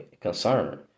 concern